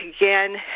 again